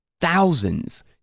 thousands